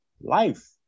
life